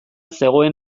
zegoen